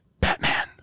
Batman